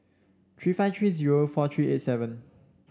three five three zero four three eight seven